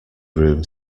room